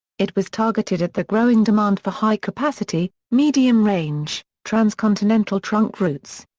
it was targeted at the growing demand for high-capacity, medium-range, transcontinental trunk routes.